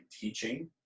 teaching